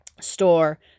store